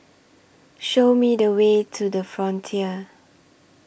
Show Me The Way to The Frontier